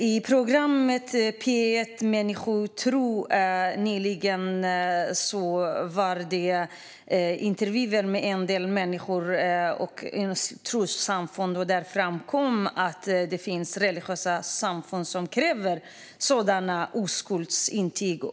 I P1-programmet Människor och tro sändes nyligen intervjuer med representanter för trossamfund och andra människor, och det framkom att det finns religiösa samfund som kräver sådana oskuldsintyg.